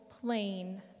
plain